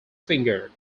finger